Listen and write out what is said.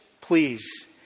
Please